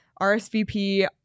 RSVP